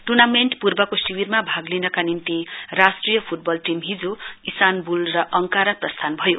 tournament पूर्वको शिविरमा भाग लिनका निम्ति राष्ट्रीय फुटबल टीम हिजो इसानबुल अङकारा प्रस्थान भयो